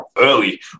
early